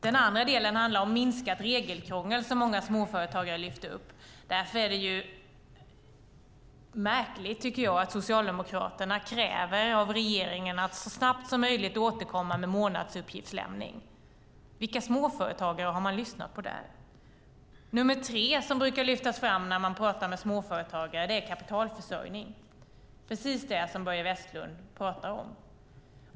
Den andra delen handlar om minskat regelkrångel, som många småföretagare lyfter upp. Därför är det märkligt att Socialdemokraterna kräver att regeringen så snabbt som möjligt ska återkomma med månadsuppgiftslämning. Vilka småföretagare har de lyssnat på där? Det tredje som brukar lyftas fram när man pratar med småföretagare är kapitalförsörjning, precis det som Börje Vestlund pratar om.